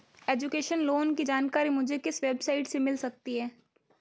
Education loan की जानकारी मुझे किस वेबसाइट से मिल सकती है?